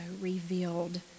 revealed